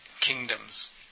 kingdoms